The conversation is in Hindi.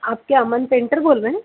आप क्या अमन पेंटर बोल रहे हैं